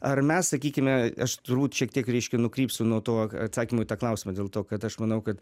ar mes sakykime aš turbūt šiek tiek reiškia nukrypsiu nuo to atsakymo į tą klausimą dėl to kad aš manau kad